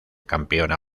campeona